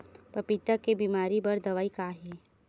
पपीता के बीमारी बर दवाई का हे?